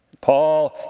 Paul